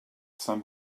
saint